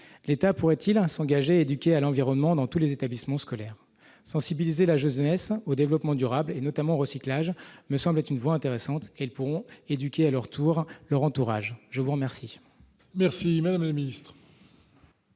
l'État pourrait-il un s'engager, éduqué à l'environnement dans tous les établissements scolaires sensibiliser la jeunesse au développement durable et notamment au recyclage me semble être une voie intéressante et le pont éduqué à leur tour leur entourage, je vous remercie. Merci, Madame la Ministre.